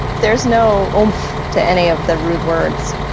there's no oomph to any of the rude words.